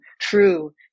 true